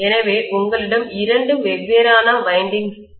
எனவே உங்களிடம் இரண்டு வெவ்வேறான வைண்டிங்ஸ் முறுக்குகள் உள்ளன